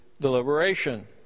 deliberation